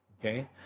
Okay